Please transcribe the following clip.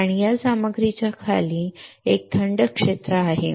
आणि या सामग्रीच्या खाली या खाली एक थंड क्षेत्र आहे